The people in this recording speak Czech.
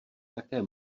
také